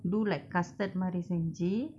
do like custard மாரி செஞ்சி:mari senji